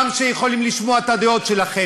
גם של אנשים שיכולים לשמוע את הדעות שלכם.